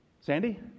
Sandy